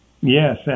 Yes